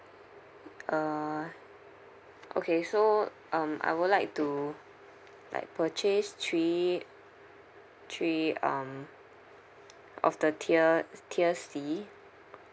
uh okay so um I would like to like purchase three three um of the tier tier C